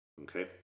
Okay